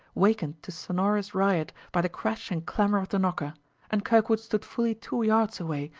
wakened to sonorous riot by the crash and clamor of the knocker and kirkwood stood fully two yards away,